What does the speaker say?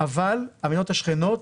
אבל המדינות השכנות,